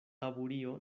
taburio